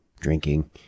drinking